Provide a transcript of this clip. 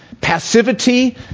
passivity